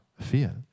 fear